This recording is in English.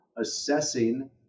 assessing